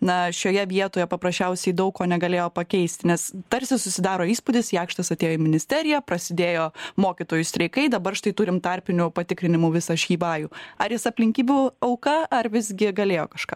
na šioje vietoje paprasčiausiai daug ko negalėjo pakeist nes tarsi susidaro įspūdis jakštas atėjo į ministeriją prasidėjo mokytojų streikai dabar štai turim tarpinių patikrinimų visą šį vajų ar jis aplinkybių auka ar visgi galėjo kažką